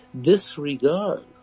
disregard